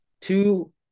two